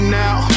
now